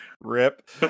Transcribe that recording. Rip